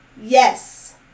Yes